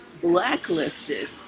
blacklisted